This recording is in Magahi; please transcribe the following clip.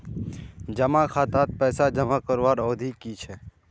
जमा खातात पैसा जमा करवार अवधि की छे?